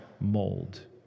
mold